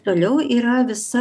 toliau yra visa